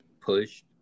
pushed